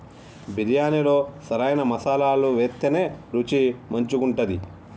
బిర్యాణిలో సరైన మసాలాలు వేత్తేనే రుచి మంచిగుంటది